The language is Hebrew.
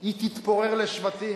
היא תתפורר לשבטים.